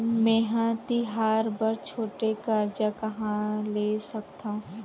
मेंहा तिहार बर छोटे कर्जा कहाँ ले सकथव?